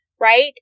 right